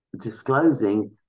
disclosing